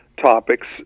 topics